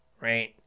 right